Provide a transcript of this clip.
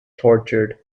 tortured